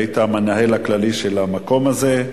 היית המנהל הכללי של המקום הזה.